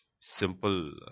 simple